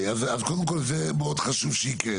אז קודם כול, זה מאוד חשוב שזה יקרה.